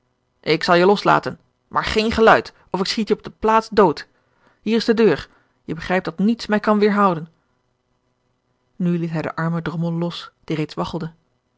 ik zal je loslaten maar geen geluid of ik schiet je op de plaats dood hier is de deur je begrijpt dat niets mij kan weêrhouden nu liet hij den armen drommel los die